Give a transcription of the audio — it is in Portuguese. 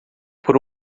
por